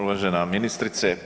Uvažena ministrice.